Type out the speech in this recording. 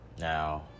now